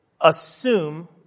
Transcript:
assume